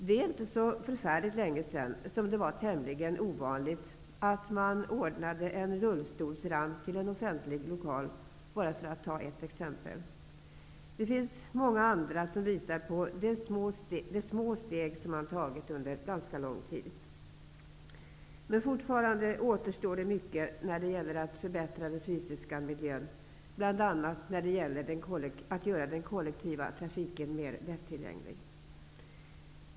Det är inte så förfärligt länge sedan som det var tämligen ovanligt att man ordnade en rullstolsramp till en offentlig lokal, bara för att ta ett exempel. Det finns många andra exempel som visar på de små steg man tagit under ganska lång tid. Fortfarande återstår mycket när det gäller att förbättra den fysiska miljön, bl.a. när det gäller att göra den kollektiva trafiken mer lättillgänglig.